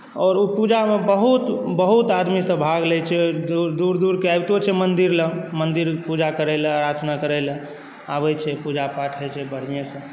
आओर ओ पूजामे बहुत आदमीसभ भाग लैत छै दूर दूरके अबितो छै मन्दिर लग मन्दिर पूजा करय लेल अर्चना करय लेल आबैत छै पूजा पाठ होइत छै बढ़िआँसँ